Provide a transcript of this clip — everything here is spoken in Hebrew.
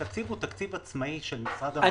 התקציב הוא תקציב עצמאי של משרד המבקר.